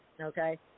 okay